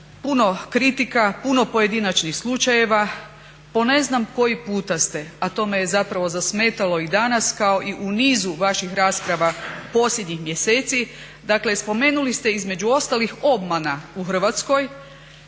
puno kritika, puno pojedinačnih slučajeva. Po ne znam koji puta ste, a to me je zapravo zasmetalo i danas kao i u nizu vaših rasprava posljednjih mjeseci. Dakle, spomenuli ste između ostalih obmana u Hrvatskoj